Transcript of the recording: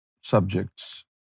subjects